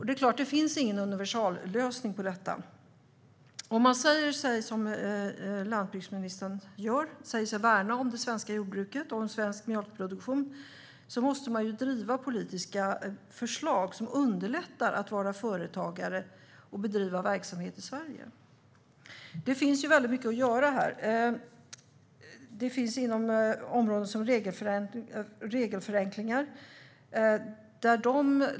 Det är klart att det inte finns någon universallösning på detta, men om man, som landsbygdsministern gör, säger sig värna om det svenska jordbruket och om svensk mjölkproduktion måste man ju driva politiska förslag som underlättar att vara företagare och bedriva verksamhet i Sverige. Här finns väldigt mycket att göra till exempel när det gäller regelförenklingar.